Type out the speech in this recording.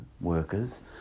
workers